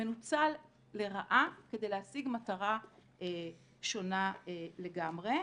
מנוצל לרעה כדי להשיג מטרה שונה לגמרי.